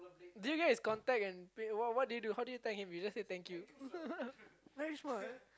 did you get his contact and wait what what did you do how did you tag him you just say thank you